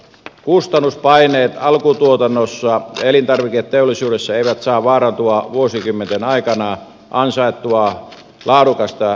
kustannuspaineet alkutuotannossa ja elintarviketeollisuudessa eivät saa vaarantaa vuosikymmenten aikana ansaittua laadukasta elintarviketurvallisuustasoamme